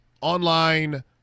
online